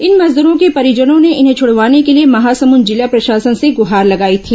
इन मजदूरों के परिजनों ने इन्हें छुड़वाने के लिए महासमुंद जिला प्रशासन से गुहार लगाई थी